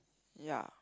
ya